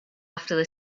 after